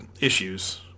issues